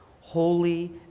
holy